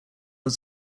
was